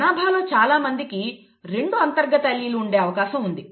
జనాభాలో చాలామందికి రెండూ అంతర్గత అల్లీల్ ఉండే అవకాశం ఉంది